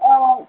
और